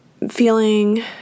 Feeling